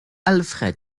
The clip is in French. alfred